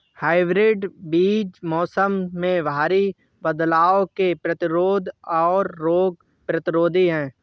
hybrid बीज मौसम में भारी बदलाव के प्रतिरोधी और रोग प्रतिरोधी हैं